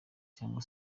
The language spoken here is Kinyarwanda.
cyangwa